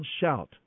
shout